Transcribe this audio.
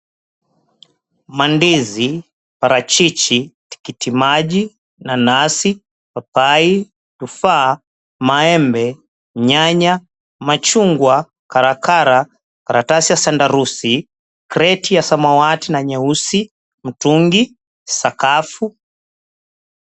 Mandizi, parachichi, tikiti maji, nanasi, papai, tufaha, maembe, nyanya , machungwa, karakara, karatasi ya sarandusi, kreti ya samawati na nyeusi, mtungi, sakafu.